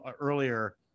earlier